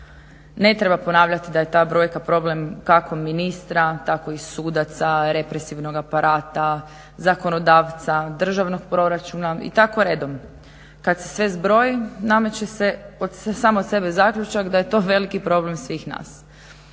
Ne treba ponavljati da je ta brojka problem kako ministra, tako i sudaca, represivnog aparata, zakonodavca, državnog proračuna i tako redom. Kad se sve zbroji nameće se sam od sebe zaključak da je to veliki problem svih nas.